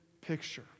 picture